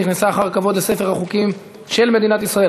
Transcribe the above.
ונכנסה אחר כבוד לספר החוקים של מדינת ישראל.